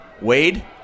Wade